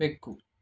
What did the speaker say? ಬೆಕ್ಕು